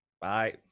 bye